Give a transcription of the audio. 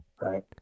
right